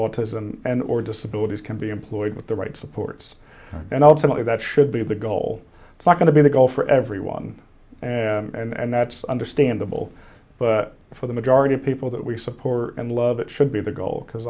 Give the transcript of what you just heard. autism and or disabilities can be employed with the right supports and ultimately that should be the goal it's not going to be the goal for everyone and that's under tangible for the majority of people that we support and love it should be the goal because